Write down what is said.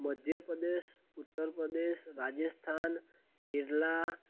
Madhya Pradesh Uttar Pradesh Rajasthan Kerala